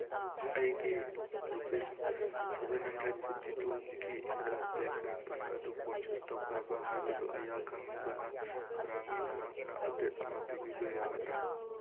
ꯑꯩꯒꯤ rupees seven hundred fifty ꯇꯨꯒꯤ income tax refund ꯑꯗꯨ ꯄ꯭ꯔꯣꯁꯦꯁ ꯇꯧꯈ꯭ꯔꯕ꯭ꯔ ꯍꯥꯏꯕꯗꯨ ꯑꯩꯍꯥꯛ ꯈꯪꯅꯤꯡꯕꯅ ꯈꯧꯔꯥꯡꯉꯦ ꯅꯍꯥꯛꯅ ꯑꯞꯗꯦꯠ ꯑꯝ ꯄꯤꯕꯤꯕ ꯌꯥꯒꯗ꯭ꯔ